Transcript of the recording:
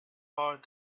heart